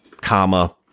comma